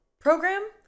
program